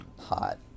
Hot